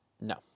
No